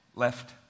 left